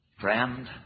Friend